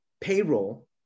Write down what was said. payroll